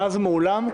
מאז ומעולם,